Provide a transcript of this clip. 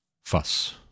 fuss